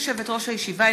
ברשות יושבת-ראש הישיבה,